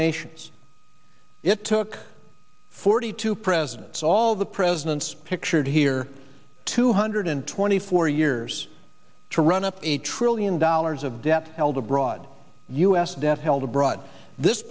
nations it took forty two presidents all the presidents pictured here two hundred twenty four years to run up eight trillion dollars of debt held abroad u s debt held abroad this